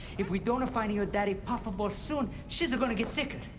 if we don't find your daddy puffball soon, she's gonna get sicker.